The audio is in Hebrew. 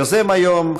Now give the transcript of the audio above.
יוזם היום,